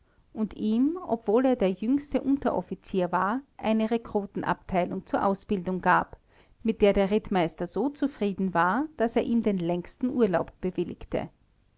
und ihm obwohl er der jüngste unteroffizier war eine rekrutenabteilung zur ausbildung gab mit der der rittmeister so zufrieden war daß er ihm den längsten urlaub laub bewilligte